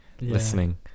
listening